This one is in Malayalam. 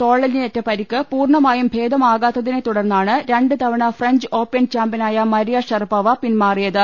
തോളെല്ലിനേറ്റ പരിക്ക് പൂർണ്ണ മായും ഭേദമാകാത്തിനെ തുടർന്നാണ് രണ്ട്തവണ ഫ്രഞ്ച്ഓ പ്പൺ ചാമ്പ്യനായ മരിയഷറപ്പോവ പിന്മാറിയത്